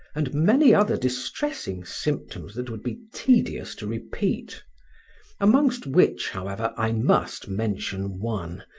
and many other distressing symptoms that would be tedious to repeat amongst which, however, i must mention one,